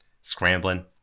scrambling